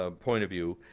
ah point of view.